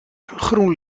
groen